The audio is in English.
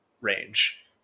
range